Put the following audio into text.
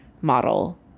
model